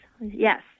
Yes